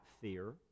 fear